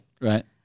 right